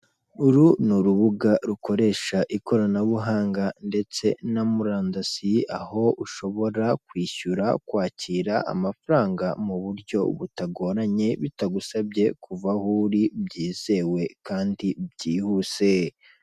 Uru ni urubuga rukoresha ikoranabuhanga ndetse na murandasi, aho ushobora kwishyura, kwakira amafaranga mu buryo butagoranye, bitagusabye kuva aho uri byizewe kandi byihuse.